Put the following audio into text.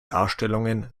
darstellungen